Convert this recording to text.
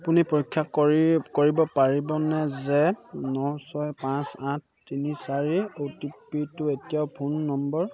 আপুনি পৰীক্ষা কৰিব পাৰিবনে যে ন ছয় পাঁচ আঠ তিনি চাৰি অ' টি পি টো এতিয়াও ফোন নম্বৰ